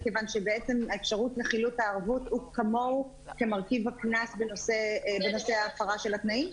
מכיוון שהאפשרות לחילוט הערבות כמוה כמרכיב הקנס בנושא ההפרה של התנאים?